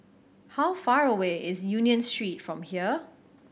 how far away is Union Street from here